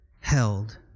held